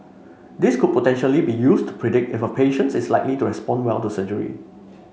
this could potentially be used to predict if a patients is likely to respond well to surgery